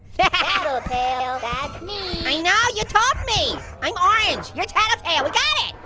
yeah tattletail, that's me. i know, you told me. i'm orange, you're tattletail, we got it.